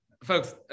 Folks